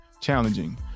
challenging